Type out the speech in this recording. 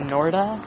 Norda